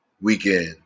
weekend